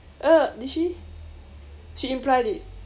err did she she implied it